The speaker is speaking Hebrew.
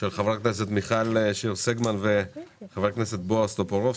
של חברת הכנסת מיכל שיר סגמן וחבר הכנסת בועז טופורובסקי.